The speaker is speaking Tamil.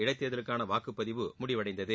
இடைத்தேர்தலுக்கான வாக்குபதிவு முடிவடைந்தது